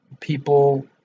people